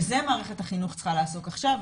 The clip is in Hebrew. בזה מערכת החינוך צריכה לעסוק עכשיו,